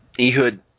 Ehud